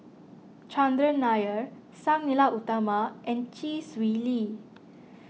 Chandran Nair Sang Nila Utama and Chee Swee Lee